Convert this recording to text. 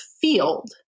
field